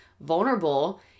vulnerable